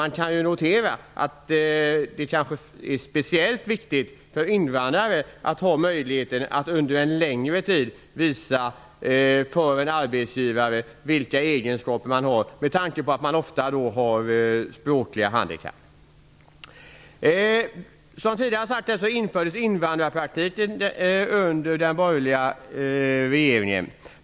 Men det vore kanske speciellt viktigt för invandrare att kunna ha möjlighet att under en längre tid visa för en arbetsgivare vilka egenskaper man har med tanke på att man ofta har språkliga handikapp. Som tidigare sades här infördes invandrarpraktiken under den borgerliga regeringen.